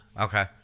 Okay